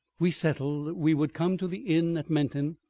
we settled we would come to the inn at menton,